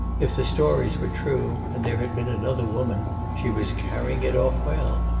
if the stories were true, and there had been another woman, she was carrying it off well.